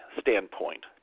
standpoint